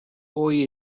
hoy